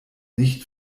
nicht